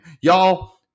y'all